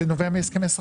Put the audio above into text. זה נובע מהסכמי שכר.